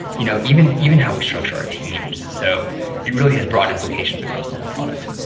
you know even even how we structure our teams. so it really had broad applications across the whole product